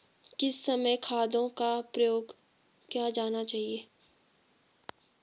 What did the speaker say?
किस समय खादों का प्रयोग किया जाना चाहिए?